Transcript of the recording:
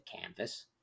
canvas